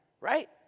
right